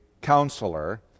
counselor